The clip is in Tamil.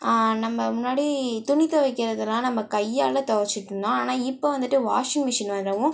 நம்ம முன்னாடி துணி துவைக்கிறதுலாம் நம்ம கையால் துவச்சிட்யிருந்தோம் ஆனால் இப்போ வந்துட்டு வாஷிங்மிஷின் வரவும்